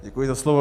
Děkuji za slovo.